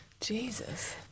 Jesus